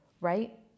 right